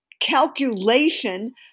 calculation